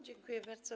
Dziękuję bardzo.